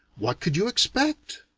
what could you expect?